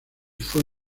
fue